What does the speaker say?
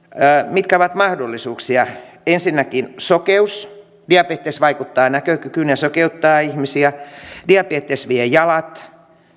mitkä ovat mahdollisuuksia ensinnäkin sokeus diabetes vaikuttaa näkökykyyn ja sokeuttaa ihmisiä diabetes vie jalat